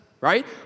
right